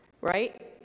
right